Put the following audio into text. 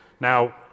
Now